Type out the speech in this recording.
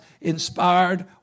inspired